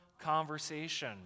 conversation